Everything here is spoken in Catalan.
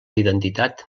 identitat